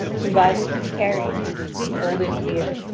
provided he carry it and hold it dear,